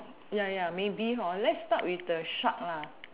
ya ya maybe hor let's start with the shark lah